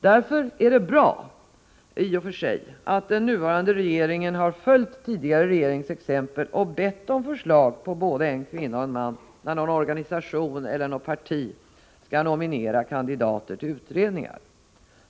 Därför är det bra, i och för sig, att den nuvarande regeringen har följt tidigare regerings exempel och bett om förslag på både en kvinna och en man när någon organisation eller något parti skall nominera kandidater till utredningar.